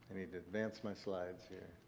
and need to advance my slides here.